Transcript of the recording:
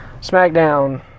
Smackdown